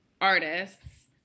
artists